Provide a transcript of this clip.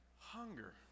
Hunger